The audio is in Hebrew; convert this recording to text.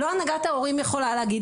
לא הנהגת ההורים יכולה להגיד,